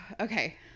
okay